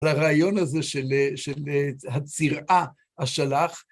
הרעיון הזה של הצרעה, אשלח,